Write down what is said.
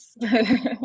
yes